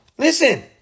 Listen